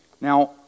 Now